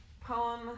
Poem